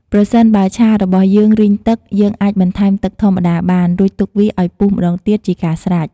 ប្រសិនបើ ឆារបស់យើងរីងទឹក យើងអាចបន្ថែមទឹកធម្មតាបាន រួចទុកវាឲ្យពុះម្តងទៀតជាការស្រេច។